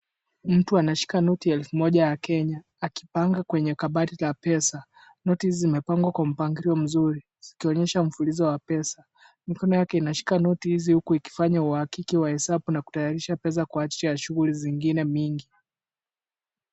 Mtu anashika noti ya elfu moja ya Kenya. Akipanga kwenye kabati la pesa, noti hizi zimepangwa kwa mpangilio mzuri zikionyesha mfululizo wa pesa. Mikono yake inashika noti hizi huku ikifanya uhakiki wa hesabu na kutayarisha pesa kwaajili ya shughuli zingine mingi.